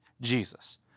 Jesus